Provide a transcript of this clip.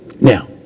Now